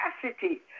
capacity